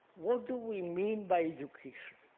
what do we mean by education,